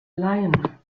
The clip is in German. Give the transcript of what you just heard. leihen